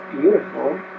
beautiful